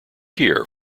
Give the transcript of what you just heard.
here